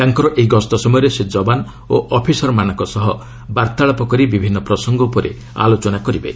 ତାଙ୍କର ଏହି ଗସ୍ତ ସମୟରେ ସେ ଯବାନ ଓ ଅଫିସରମାନଙ୍କ ସହ ବାର୍ତ୍ତାଳାପ କରି ବିଭିନ୍ନ ପ୍ରସଙ୍ଗ ଉପରେ ଆଲୋଚନା କରିବେ